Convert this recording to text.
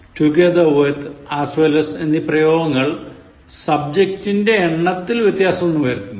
together with as well as എന്നീ പദപ്രയോഗങ്ങൾ subject ൻറെ എണ്ണത്തിൽ വ്യതാസം ഒന്നും വരുത്തില്ല